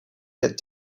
that